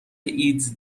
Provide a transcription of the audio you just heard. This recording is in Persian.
ایدز